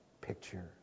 picture